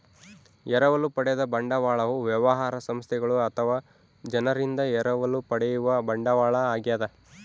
ಎರವಲು ಪಡೆದ ಬಂಡವಾಳವು ವ್ಯವಹಾರ ಸಂಸ್ಥೆಗಳು ಅಥವಾ ಜನರಿಂದ ಎರವಲು ಪಡೆಯುವ ಬಂಡವಾಳ ಆಗ್ಯದ